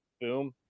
boom